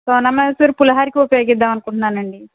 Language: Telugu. సోనా మసూరి పులిహోరకి ఉపయోగిద్దామని అనుకుంటున్నానండి